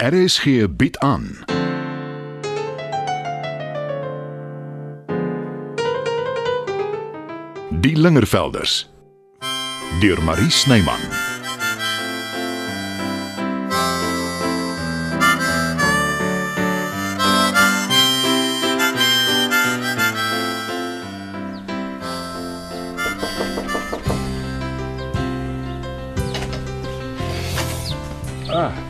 R.S.G. bied aan. Die Lingervelders. Deur Marie Snyman. Ah.